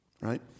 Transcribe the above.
Right